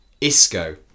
Isco